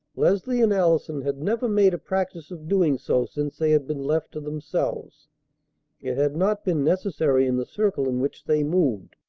leslie and allison had never made a practice of doing so since they had been left to themselves. it had not been necessary in the circle in which they moved.